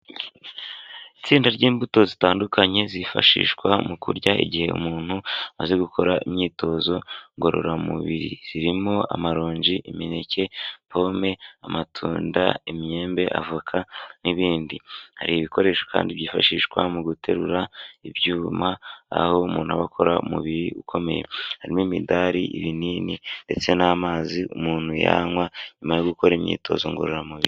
Itsinda ry'imbuto zitandukanye zifashishwa mu kurya igihe umuntu amaze gukora imyitozo ngororamubiri zirimo amaronji ,imineke ,pome ,amatunda ,imyembe ,avoka n'ibindi ,hari ibikoresho kandi byifashishwa mu guterura ibyuma aho umuntu abakora umubiri ukomeye harimo imidari, ibinini ndetse n'amazi umuntu yanywa nyuma yo gukora imyitozo ngororamubiri.